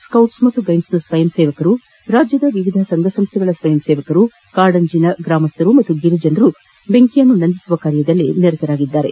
scout ಹಾಗೂ ಗೈಡ್ಸ್ನ ಸ್ವಯಂ ಸೇವಕರು ರಾಜ್ಯದ ವಿವಿಧ ಸಂಘ ಸಂಸ್ಟೆಗಳ ಸ್ವಯಂಸೇವಕರು ಕಾಡಂಚನ ಗ್ರಾಮಸ್ವರು ಹಾಗೂ ಗಿರಿಜನರು ಬೆಂಕಿಯನ್ನು ನಂದಿಸುವ ಕಾರ್ಯದಲ್ಲಿ ತೊಡಗಿಕೊಂಡಿದ್ದಾರೆ